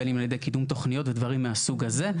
בין אם על ידי קידום תוכניות ודברים מן הסוג הזה.